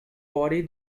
body